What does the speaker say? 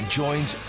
joins